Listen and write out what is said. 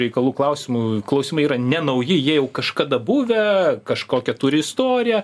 reikalų klausimų klausimai yra ne nauji jie jau kažkada buvę kažkokią turi istoriją